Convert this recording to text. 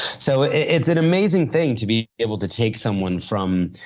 so, it's an amazing thing to be able to take someone from.